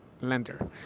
lender